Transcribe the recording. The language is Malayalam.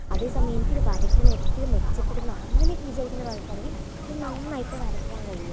അതേ സമയം എനിക്കിത് വരയ്ക്കണം എനിക്കിത് മെച്ചപ്പെടത്തണം അങ്ങനെയൊക്കെ വിചാരിക്കുന്നൊരാൾ ആണെങ്കിൽ ഇത് നന്നായിട്ട് വരയ്ക്കാൻ കഴിയും